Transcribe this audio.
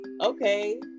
okay